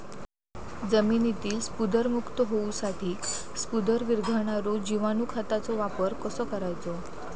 जमिनीतील स्फुदरमुक्त होऊसाठीक स्फुदर वीरघळनारो जिवाणू खताचो वापर कसो करायचो?